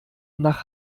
nach